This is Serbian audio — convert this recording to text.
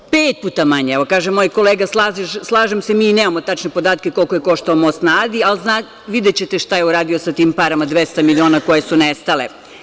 Pet puta manje, kaže moj kolega, slažem se, mi nemamo tačne podatke koliko je koštao most na Adi, videćete šta je uradio sa tim parama 200 miliona koje su nestale.